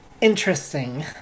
interesting